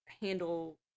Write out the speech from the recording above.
handle